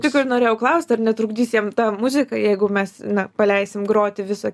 tik ir norėjau klaust ar netrukdys jam ta muzika jeigu mes na paleisim groti visą